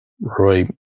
Roy